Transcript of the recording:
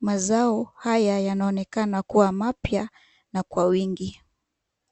Mazao haya yanonekana kuwa mapya na kwa wingi.